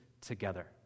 together